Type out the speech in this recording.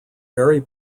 very